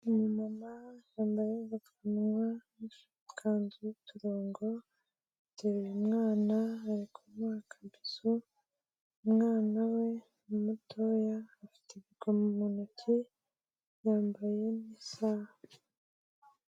Umumama yambaye agapfukamunwa nikanzu y'uturongo aduteruye amwana arikumudoma umwana we mutoya afite ibikoma mu ntoki yambaye n'isaha